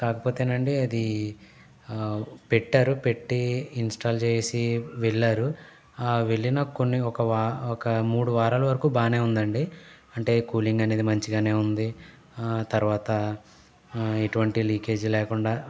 కాకపోతే నండి అది పెట్టారు పెట్టి ఇన్స్టాల్ చేసి వెళ్ళారు ఆ వెళ్ళిన కొన్ని ఒక వా ఒక మూడు వారాల వరకు బానే ఉందండి అంటే కూలింగ్ అనేది మంచిగానే ఉంది తర్వాత ఎటువంటి లీకేజీ లేకుండా